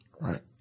Right